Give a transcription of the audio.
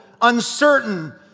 uncertain